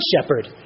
shepherd